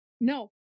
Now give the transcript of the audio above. no